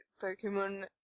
Pokemon